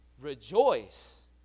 rejoice